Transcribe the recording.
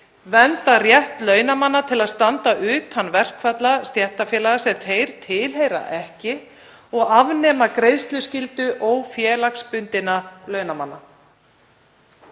vernda rétt launamanna til að standa utan verkfalla stéttarfélaga sem þeir tilheyra ekki og afnema greiðsluskyldu ófélagsbundinna launamanna.